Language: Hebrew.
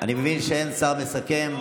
אני מבין שאין שר מסכם.